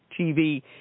TV